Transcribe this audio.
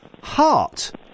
Heart